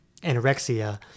anorexia